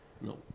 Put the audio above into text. No